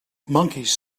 monkeys